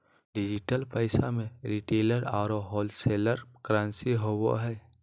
digital पैसा में retailer औरो होलसेलर करंसी होवो हइ